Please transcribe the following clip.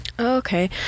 Okay